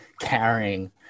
carrying